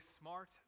smart